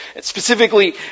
Specifically